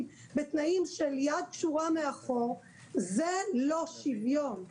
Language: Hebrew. בתנאים של יד קשורה מאחור זה לא שוויון.